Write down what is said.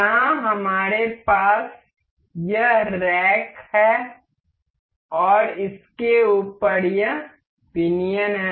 यहां हमारे पास यह रैक है और इसके ऊपर यह पिनियन है